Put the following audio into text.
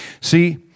See